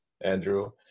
Andrew